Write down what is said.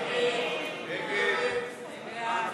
מי נגדה?